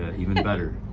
ah even better